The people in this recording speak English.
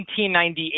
1998